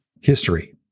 History